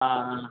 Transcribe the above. ஆ ஆ